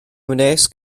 wnes